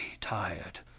tired